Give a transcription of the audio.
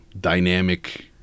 dynamic